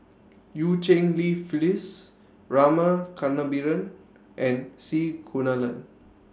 EU Cheng Li Phyllis Rama Kannabiran and C Kunalan